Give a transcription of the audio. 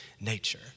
nature